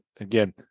Again